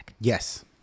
Yes